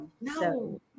No